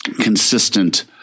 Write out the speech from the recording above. consistent